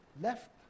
left